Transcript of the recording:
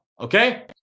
Okay